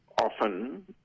often